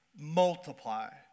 Multiply